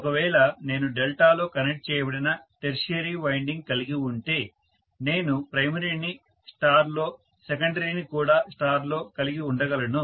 ఒకవేళ నేను డెల్టాలో కనెక్ట్ చేయబడిన టెర్షియరీ వైండింగ్ కలిగి ఉంటే నేను ప్రైమరీని స్టార్ లో సెకండరీ ని కూడా స్టార్ లో కలిగి ఉండగలను